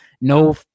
no